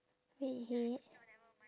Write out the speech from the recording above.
redhead